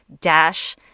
dash